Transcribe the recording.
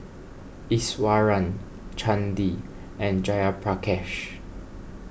Iswaran Chandi and Jayaprakash